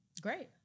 Great